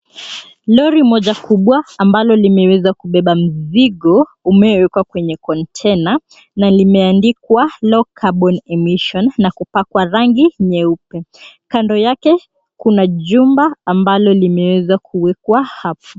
Lori moja kubwa ambalo limeweza kubeba mzigo umewekwa kwenye container na limeandikwa LOW CARBON EMISSION na kupakwa rangi nyeupe. Kando yake kuna jumba ambalo limeweza kuwekwa hapo.